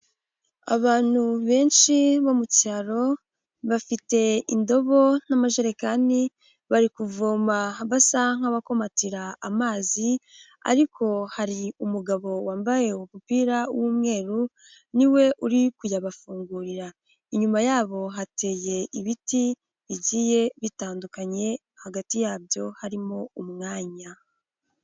Abantu benshi bo mu cyaro, bafite indobo n'amajerekani, bari kuvoma basa nk'abakomatira amazi, ariko hari umugabo wambaye umupira w'umweru, ni we uri kuyabafungurira. Inyuma yabo hateye ibiti bigiye bitandukanye, hagati yabyo harimo umwanya.